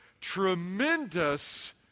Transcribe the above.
tremendous